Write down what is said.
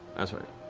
that's right.